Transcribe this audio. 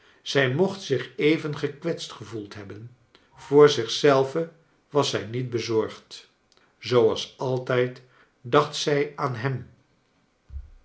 zij mocht zich even gekwetst gevoeld hebben voor zich zelve was zij niet bezorgd zooals altijd dacht zij aan hem